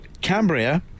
Cambria